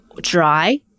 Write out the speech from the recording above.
dry